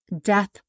Death